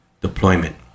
deployment